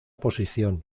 posición